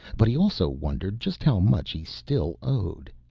but he also wondered just how much he still owed.